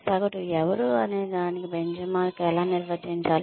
సగటు ఎవరు అనేదానికి బెంచ్ మార్క్ ఎలా నిర్వచించాలి